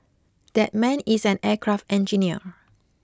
that man is an aircraft engineer